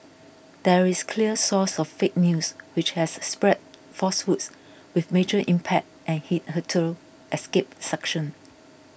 there is clear source of fake news which has spread falsehoods with major impact and hitherto escaped sanction